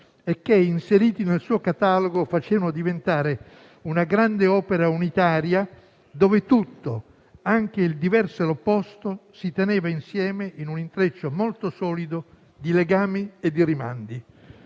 e che, inseriti nel suo catalogo, lo facevano diventare una grande opera unitaria, dove tutto, anche il diverso e l'opposto, si teneva insieme in un intreccio molto solido di legami e di rimandi.